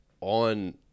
on